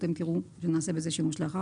ואחר כך תראו שנעשה בזה שימוש,